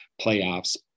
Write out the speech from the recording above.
playoffs